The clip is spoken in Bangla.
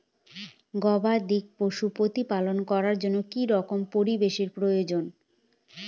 গবাদী পশু প্রতিপালন করার জন্য কি রকম পরিবেশের প্রয়োজন?